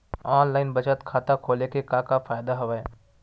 online बचत खाता खोले के का का फ़ायदा हवय